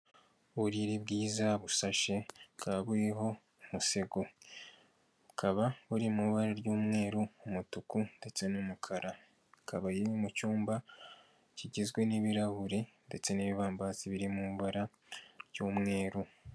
Uburiri bwiza busashe bukaba buriho umusego bukaba buri mu ibara ry'umweru, umutuku ndetse n'umukara, akaba ari mu cyumba kigizwe n'ibirahuri ndetse n'ibibambasi biri mu ibara ry'umweru.